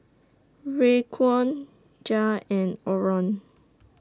Raekwon Jair and Orland